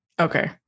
Okay